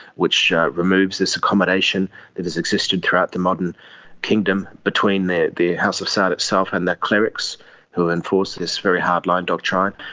which removes this accommodation that has existed throughout the modern kingdom between the the house of saud itself and the clerics who enforce this very hard-line doctrine.